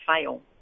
fail